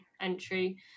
entry